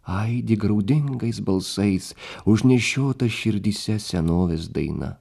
aidi graudingais balsais užnešiota širdyse senovės daina